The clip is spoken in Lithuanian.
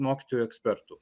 mokytojų ekspertų